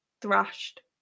thrashed